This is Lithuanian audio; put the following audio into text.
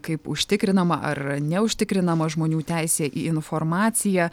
kaip užtikrinama ar neužtikrinama žmonių teisė į informaciją